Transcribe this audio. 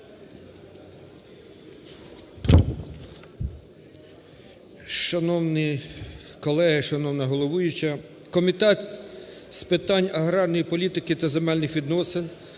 Шановні колеги, шановна головуюча! Комітет з питань аграрної політики та земельних відносин